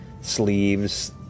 sleeves